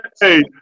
Hey